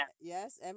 yes